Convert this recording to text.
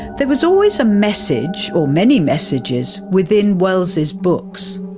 there was always a message or many messages within wells's books.